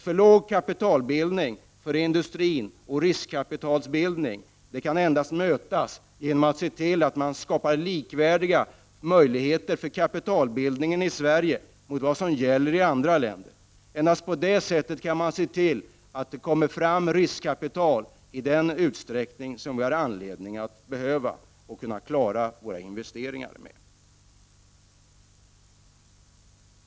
För låg kaptialbildning i industrin och för låg riskkapitalbildning kan endast mötas genom att vi här skapar samma möjligheter till kapitalbildning som gäller i andra länder. Endast på det sättet kan vi se till att det kommer fram riskkapital i den utsträckning som är nödvändig för att vi skall klara våra investeringar.